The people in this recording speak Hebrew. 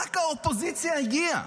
רק האופוזיציה הגיעה.